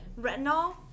Retinol